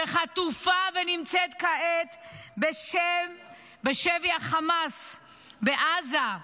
שחטופה ונמצאת כעת בשבי חמאס בעזה.